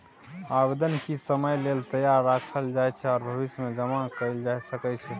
आबेदन किछ समय लेल तैयार राखल जाइ छै आर भविष्यमे जमा कएल जा सकै छै